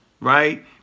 right